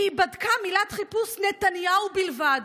כי היא בדקה את מילת החיפוש "נתניהו" בלבד,